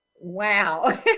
wow